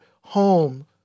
home